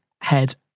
head